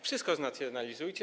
Wszystko znacjonalizujcie.